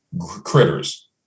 Critters